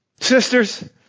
sisters